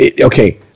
okay